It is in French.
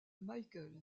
michael